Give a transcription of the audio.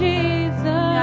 Jesus